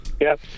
Yes